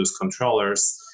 controllers